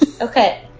Okay